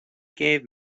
gave